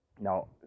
Now